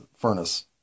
furnace